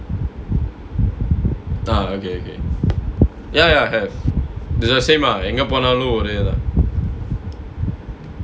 ah okay okay ya ya have is the the same uh எங்க போனாலு ஒரேதா:enga ponaalu oraethaa